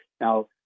Now